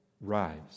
rise